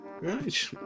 Right